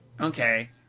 Okay